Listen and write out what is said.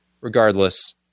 regardless